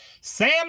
Sam